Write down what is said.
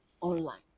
online